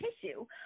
tissue